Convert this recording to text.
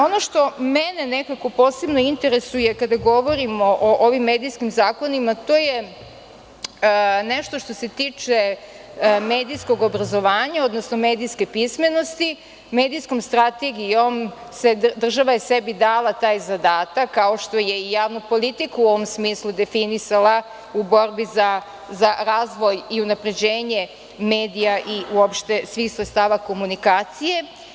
Ono što mene posebno interesuje kada govorimo o ovim medijskim zakonima, to je nešto što se tiče medijskog obrazovanja, odnosno medijske pismenosti, medijskom strategijom država je sebi dala taj zadatak, kao što je i javno „Politiku“ u ovom smislu definisala u borbi za razvoj i unapređenje medija i uopšte svih sredstava komunikacije.